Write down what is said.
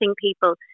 people